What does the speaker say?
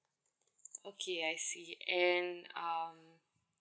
okay I see and um